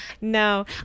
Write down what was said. no